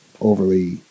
overly